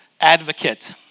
Advocate